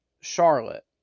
Charlotte